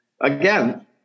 again